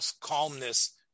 calmness